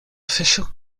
official